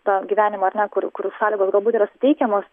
tą gyvenimą ar ne kur kur sąlygos galbūt yra suteikiamos